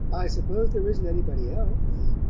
i suppose there isn't anybody else?